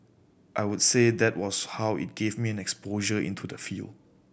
I would say that was how it gave me exposure into the field